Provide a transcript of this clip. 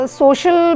social